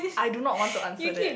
I do not want to answer that